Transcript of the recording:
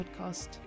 podcast